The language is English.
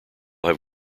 have